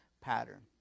pattern